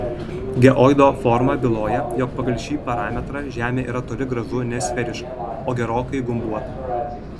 geoido forma byloja jog pagal šį parametrą žemė yra toli gražu ne sferiška o gerokai gumbuota